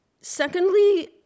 Secondly